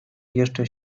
jeszcze